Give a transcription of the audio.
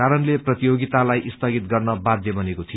कारणले प्रतियोगितालाई स्थगित गर्न बाध्य बनेको थियो